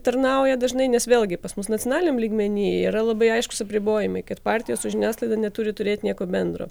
tarnauja dažnai nes vėlgi pas mus nacionaliniam lygmeny yra labai aiškūs apribojimai kad partija su žiniasklaida neturi turėti nieko bendro